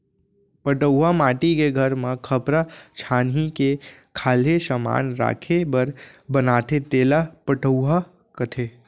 पटउहॉं माटी के घर म खपरा छानही के खाल्हे समान राखे बर बनाथे तेला पटउहॉं कथें